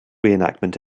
reenactment